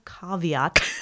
caveat